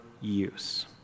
use